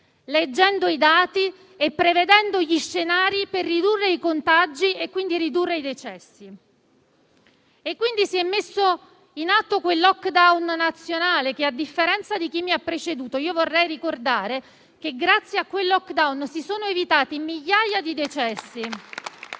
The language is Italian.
leggendo i dati e prevedendo gli scenari per ridurre i contagi e quindi i decessi. Si è messo quindi in atto un *lockdown* nazionale: a differenza di chi mi ha preceduto, vorrei ricordare che grazie a quel *lockdown* si sono evitati migliaia di decessi.